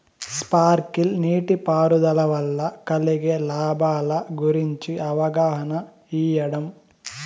Sprinkle నీటిపారుదల వల్ల కలిగే లాభాల గురించి అవగాహన ఇయ్యడం?